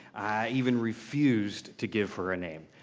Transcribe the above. even refused to give her a name.